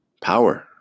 power